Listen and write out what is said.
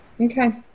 Okay